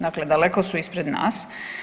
Dakle daleko su ispred nas.